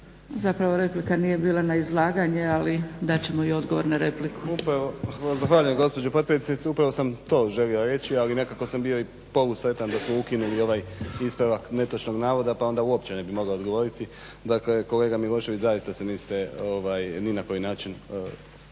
Zapravo replika nije bila na izlaganje ali dat ćemo i odgovor na repliku. **Rađenović, Igor (SDP)** Hvala gospođo potpredsjednice. Upravo sam to želio reći ali nekako sam bio polusretan da smo ukinuli ovaj ispravak netočnog navoda pa onda uopće ne bih mogao odgovoriti. Dakle kolega Milošević zaista se niste ni na koji način osvrnuli